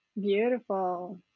Beautiful